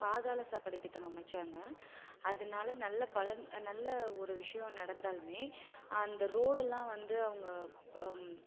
பாதாள சாக்கடை திட்டம் அமைச்சாங்க அதனால் நல்ல பலன் நல்ல ஒரு விஷயம் நடந்தாலுமே அந்த ரோடெல்லாம் வந்து அவங்க ப